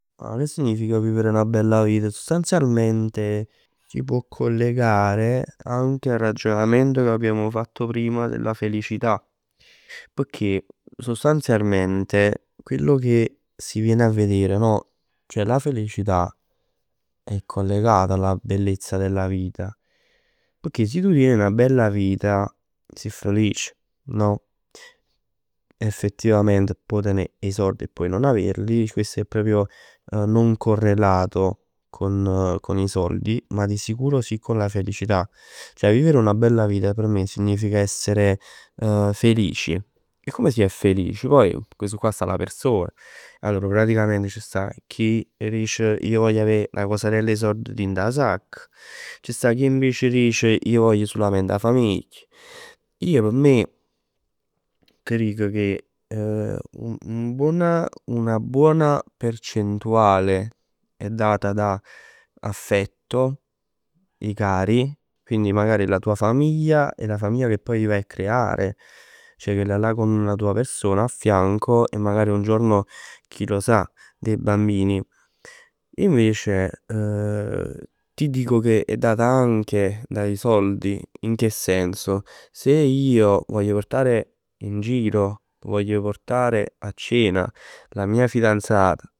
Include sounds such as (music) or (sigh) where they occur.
Che significa vivere 'na bella vita? Sostanzialmente si può collegare anche al ragionamento che abbiamo fatto prima della felicità. Pecchè sostanzialmente quello che si viene a vedere no? Ceh la felicità è collegata alla bellezza della vita. Pecchè si tu tien 'na bella vita, si felic. No? Effettivament può tenè 'e sord e puoi non averli. Chest è proprio non correlato con con i soldi, ma di sicuro sì con la felicità. Ceh vivere una bella vita p' me significa essere felici. E come si è felici? Poi chest sta alla persona. Allora ci sta chi dic, vuless avè 'na cosarell 'e sord dint 'a sacc. C' sta chi invece dice ij vogl sulament 'a famiglia. Io p' me, t' dico che, una buona, una buona percentuale è data da affetto dei cari. Quindi magari la tua famiglia e la famiglia che poi vai a creare. Ceh chella'llà con una tua persona affianco e poi magari un giorno chi lo sa con dei bambini. Invece (hesitation) ti dico che è data anche dai soldi. In che senso? Sei io voglio portare in giro, voglio portare a cena la mia fidanzata